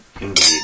Indeed